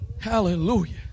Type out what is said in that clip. Hallelujah